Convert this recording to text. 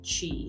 Chi